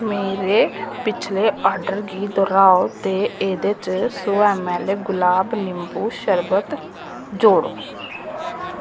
मेरे पिछले आर्डर गी दर्हाओ ते एह्दे च सौ ऐम्मऐल्ल गुलाब निंबु शरबत जोड़ो